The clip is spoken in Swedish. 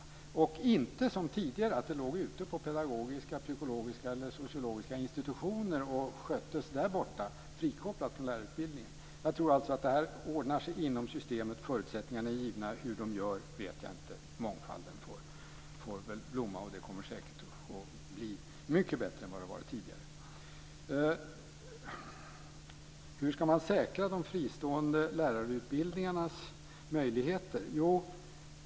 Det är inte som tidigare då det låg på pedagogiska, psykologiska eller sociologiska institutioner och sköttes där, frikopplat från lärarutbildningen. Jag tror alltså att det här ordnar sig inom systemet. Förutsättningarna är givna. Hur man gör vet jag inte. Mångfalden får väl blomma, och det kommer säkert att bli mycket bättre än vad det har varit tidigare. Hur ska man säkra de fristående lärarutbildningarnas möjligheter?